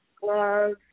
gloves